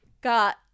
got